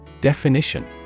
Definition